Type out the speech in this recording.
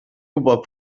gwybod